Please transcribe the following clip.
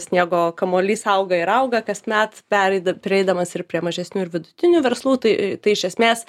sniego kamuolys auga ir auga kasmet pereida prieidamas ir prie mažesnių ir vidutinių verslų tai tai iš esmės